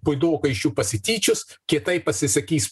puidokai iš jų pasityčios kietai pasisakys